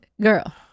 girl